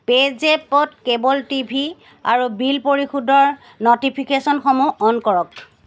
পে'জেপত cable T V আৰু bill পৰিশোধৰ ন'টিফিকেশ্যনসমূহ অ'ন কৰক